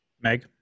meg